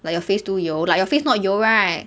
like your face too 油 like your face not 油 right